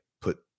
put